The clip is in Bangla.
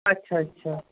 আচ্ছা আচ্ছা